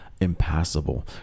impassable